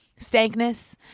stankness